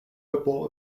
whipple